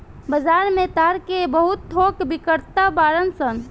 बाजार में ताड़ के बहुत थोक बिक्रेता बाड़न सन